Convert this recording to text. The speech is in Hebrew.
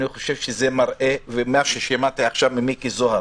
אני חושב שזה מראה, וממה ששמעתי עכשיו ממיקי זוהר,